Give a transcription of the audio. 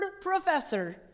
professor